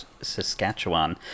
Saskatchewan